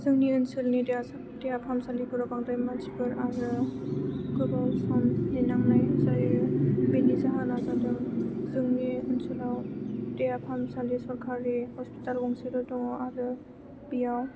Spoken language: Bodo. जोंनि ओनसोलनि देहा फाहामसालिफोराव बांद्राय मानसिफोर आरो गोबाव सम नेनांनाय जायो बेनि जाहोना जादों जोंनि ओनसोलाव देहा फाहामसालि सरखारि हस्पिटाल गंसेल' दङ आरो बेयाव